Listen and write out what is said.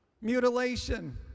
mutilation